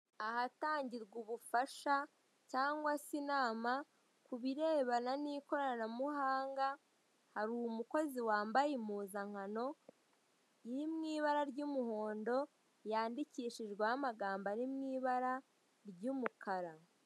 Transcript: Ahatangirwa ubufasha cyangwa se inama kubirebana n'ikoranabuhanga hari umukozi wambaye impuzankano iri mu ibara ry'umuhondo yandikishijweho amagambo ari mu ibara ry'umukara.